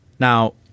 Now